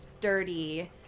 dirty